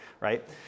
right